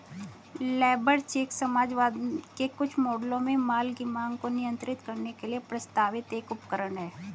labour check समाजवाद के कुछ मॉडलों में माल की मांग को नियंत्रित करने के लिए प्रस्तावित एक उपकरण है